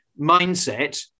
mindset